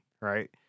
right